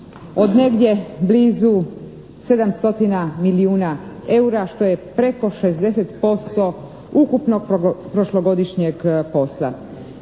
od negdje blizu 700 milijuna eura što je preko 60% ukupnog prošlogodišnjeg posla.